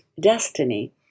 destiny